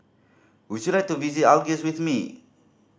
would you like to visit Algiers with me